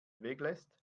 weglässt